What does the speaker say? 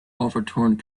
overturned